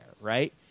right